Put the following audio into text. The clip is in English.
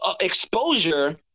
exposure